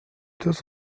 temps